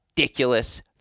Ridiculous